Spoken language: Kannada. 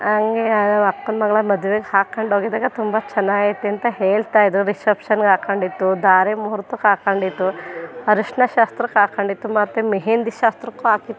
ಹಂಗೆ ನಮ್ಮ ಅಕ್ಕನ ಮಗಳ ಮದ್ವೆಗೆ ಹಾಕೊಂಡು ಹೋಗಿದ್ದಾಗ ತುಂಬ ಚೆನ್ನಾಗೈತೆ ಅಂತ ಹೇಳ್ತಾಯಿದ್ದರು ರಿಸೆಪ್ಷನ್ಗೆ ಹಾಕೊಂಡಿದ್ದು ಧಾರೆ ಮುಹೂರ್ತಕ್ಕೆ ಹಾಕೊಂಡಿದ್ದು ಅರಶಿನ ಶಾಸ್ತ್ರಕ್ಕೆ ಹಾಕೊಂಡಿದ್ದು ಮತ್ತು ಮೆಹೆಂದಿ ಶಾಸ್ತ್ರಕ್ಕೂ ಹಾಕಿದ್ದ